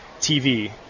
TV